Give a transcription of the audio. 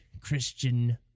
Christian